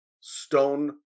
stone